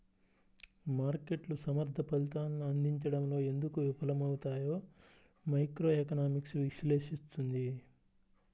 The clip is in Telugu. మార్కెట్లు సమర్థ ఫలితాలను అందించడంలో ఎందుకు విఫలమవుతాయో మైక్రోఎకనామిక్స్ విశ్లేషిస్తుంది